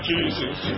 Jesus